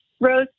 rose